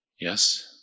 Yes